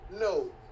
No